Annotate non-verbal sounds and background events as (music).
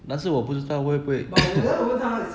但是我不知道会不会 (coughs)